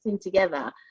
together